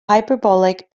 hyperbolic